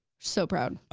so proud.